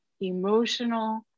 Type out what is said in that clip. emotional